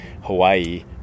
Hawaii